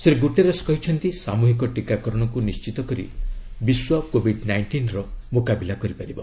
Shri Guterres କହିଛନ୍ତି ସାମ୍ବହିକ ଟୀକାକରଣକୁ ନିଶ୍ଚିତ କରି ବିଶ୍ୱ କୋବିଡ୍ ନାଇଷ୍ଟିନ୍ର ମୁକାବିଲା କରିପାରିବ